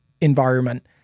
environment